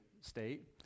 state